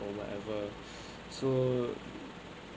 whatever so